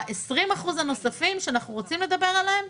ב-20 אחוזים הנוספים שאנחנו רוצים לדבר עליהם,